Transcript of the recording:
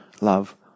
love